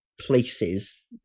places